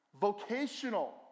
vocational